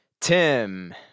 Tim